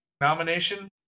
nomination